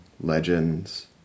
legends